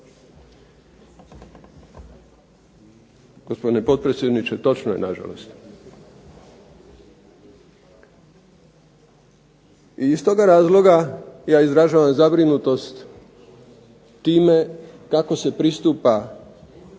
Gospodine potpredsjedniče, točno je nažalost. I iz toga razloga ja izražavam zabrinutost time kako se pristupa